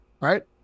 right